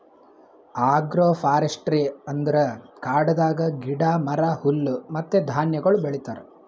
agro forestry ಅಂದುರ್ ಕಾಡದಾಗ್ ಗಿಡ, ಮರ, ಹುಲ್ಲು ಮತ್ತ ಧಾನ್ಯಗೊಳ್ ಬೆಳಿತಾರ್